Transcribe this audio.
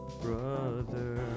Brother